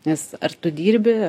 nes ar tu dirbi